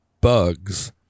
bugs